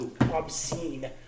obscene